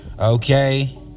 Okay